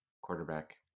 Quarterback